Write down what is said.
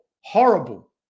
horrible